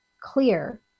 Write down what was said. clear